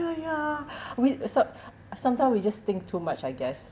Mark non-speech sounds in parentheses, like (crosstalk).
ya ya (breath) we uh some~ sometime we just think too much I guess